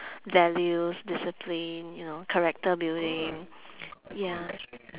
values discipline you know character building ya